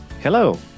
Hello